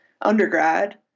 undergrad